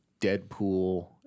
Deadpool